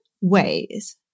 ways